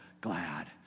glad